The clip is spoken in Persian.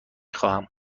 خواهم